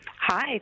Hi